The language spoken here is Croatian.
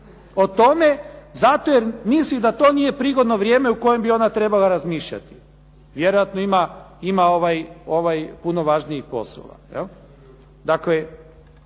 o tome zato jer misli da to nije prigodno vrijeme u kojem bi ona trebala razmišljati, vjerojatno ima puno važnijih poslova